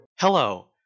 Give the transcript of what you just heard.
Hello